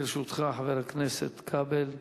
לרשותך, חבר הכנסת כבל,